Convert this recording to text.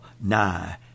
nigh